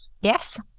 Yes